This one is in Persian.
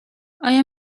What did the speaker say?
آیا